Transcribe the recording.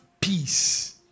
peace